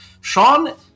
Sean